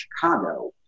Chicago